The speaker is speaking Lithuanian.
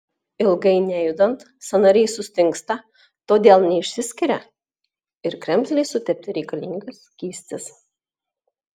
ilgai nejudant sąnariai sustingsta todėl neišsiskiria ir kremzlei sutepti reikalingas skystis